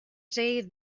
say